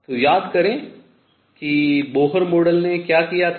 तो याद करें कि बोहर मॉडल ने क्या किया था